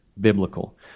biblical